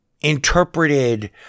interpreted